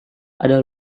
ada